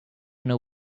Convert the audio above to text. know